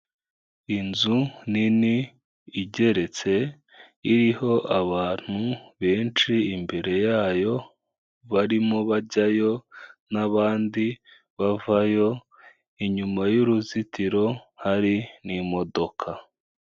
Inzu nini igeretse iriho abantu benshi imbere yayo, barimo bajyayo n'abandi bavayo inyuma y'uruzitiro hari n'imodoka.